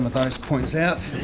those points out.